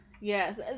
yes